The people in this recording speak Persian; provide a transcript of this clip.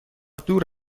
دور